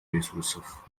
ресурсов